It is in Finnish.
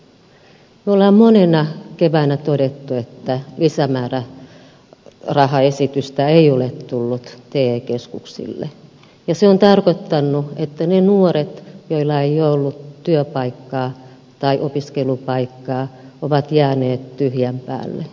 me olemme monena keväänä todenneet että lisämäärärahaesitystä ei ole tullut te keskuksille ja se on tarkoittanut että ne nuoret joilla ei ole ollut työpaikkaa tai opiskelupaikkaa ovat jääneet tyhjän päälle